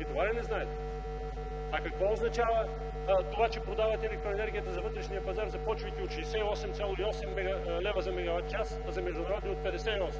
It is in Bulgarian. И това ли не знаете? А какво означава това, че продавате електроенергията за вътрешния пазар, започвайки от 68,8 лв. за мегаватчас, а за международния – от 58?